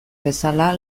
bezala